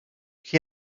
qui